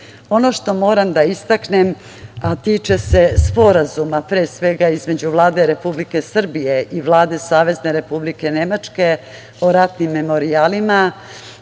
što moram da istaknem, a tiče se sporazuma, pre svega između Vlade Republike Srbije i Vlade Savezne Republike Nemačke, o ratnim memorijalima,